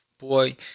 Boy